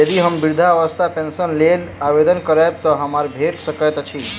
यदि हम वृद्धावस्था पेंशनक लेल आवेदन करबै तऽ हमरा भेट सकैत अछि?